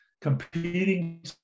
competing